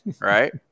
right